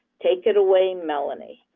take it away, melanie.